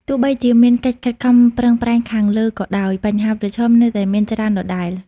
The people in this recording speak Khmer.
ទោះបីជាមានកិច្ចខិតខំប្រឹងប្រែងខាងលើក៏ដោយ បញ្ហាប្រឈមនៅតែមានច្រើនដដែល។